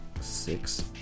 six